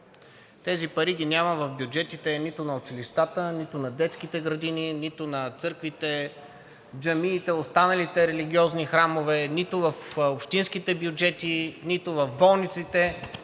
Тези пари ги няма в бюджетите нито на училищата, нито на детските градини, нито на църквите, джамиите, останалите религиозни храмове, нито в общинските бюджети, нито в болниците,